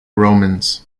romans